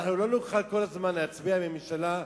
אנחנו לא נוכל כל הזמן להצביע לממשלה,